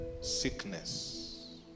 sickness